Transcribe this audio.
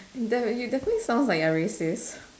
that you definitely sounds like you're racist